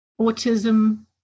autism